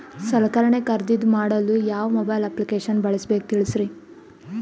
ಸಲಕರಣೆ ಖರದಿದ ಮಾಡಲು ಯಾವ ಮೊಬೈಲ್ ಅಪ್ಲಿಕೇಶನ್ ಬಳಸಬೇಕ ತಿಲ್ಸರಿ?